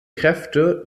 kräfte